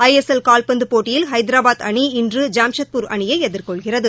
ஐ S L கால்பந்தபோட்டியில் ஐதாரபாத் அணி இன்று ஜாம்ஷெட்பூர் அணியைஎதிர்கொள்கிறது